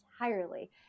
entirely